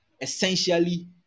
essentially